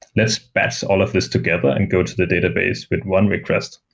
let's batch all of these together and go to the database with one request.